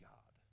God